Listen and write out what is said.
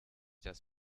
das